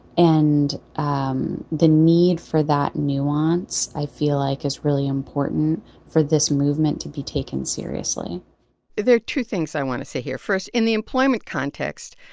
and um the need for nuance, i feel like, is really important for this movement to be taken seriously there are two things i want to say here. first, in the employment context,